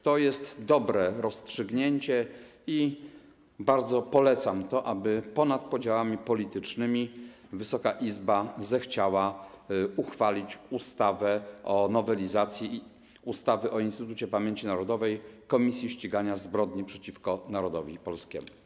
To jest dobre rozstrzygnięcie i bardzo polecam, zachęcam, aby ponad podziałami politycznymi Wysoka Izba zechciała uchwalić ustawę o zmianie ustawy o Instytucie Pamięci Narodowej - Komisji Ścigania Zbrodni przeciwko Narodowi Polskiemu.